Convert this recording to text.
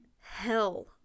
hell